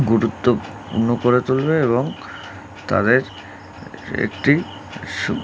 গুরুত্বপূর্ণ করে তুলবে এবং তাদের একটি